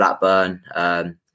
Blackburn